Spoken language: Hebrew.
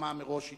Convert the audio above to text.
הסכמה מראש אתו.